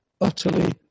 utterly